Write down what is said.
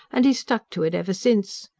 and he's stuck to it ever since.